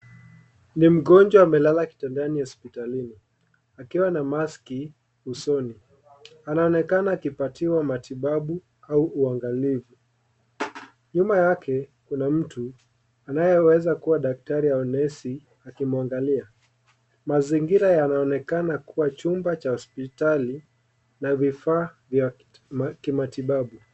Ni mgonjwa amelala kitandani hospitalini akiwa na maski usoni, anaonekana akipatiwa matibabu au uangalifu. Nyuma yake kuna mtu anayeweza kuwa daktari au nesi akimwangalia. Mazingira yanaonekana kuwa chumba cha hospitali na vifaa vya kimatibabu.